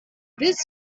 this